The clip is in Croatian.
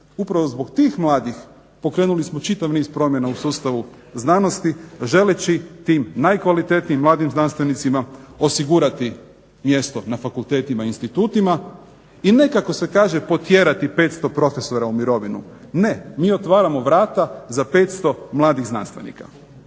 Upravo zbog tih mladih pokrenuli smo čitav niz promjena u sustavu znanosti želeći tim najkvalitetnijim mladim znanstvenicima osigurati mjesto na fakultetima i institutima. I ne kako se kaže potjerati 500 profesora u mirovinu. Ne, mi otvaramo vrata za 500 mladih znanstvenika.